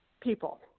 people